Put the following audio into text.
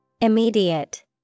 Immediate